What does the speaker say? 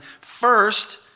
first